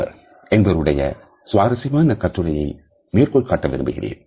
Bronner என்பவருடைய சுவாரசியமாக கட்டுரையை மேற்கோள் காட்ட விரும்புகிறேன்